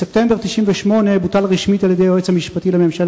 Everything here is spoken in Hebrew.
בספטמבר 1998 בוטל רשמית על-ידי היועץ המשפטי לממשלה